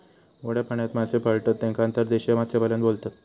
गोड्या पाण्यात मासे पाळतत तेका अंतर्देशीय मत्स्यपालन बोलतत